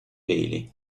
peli